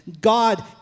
God